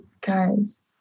guys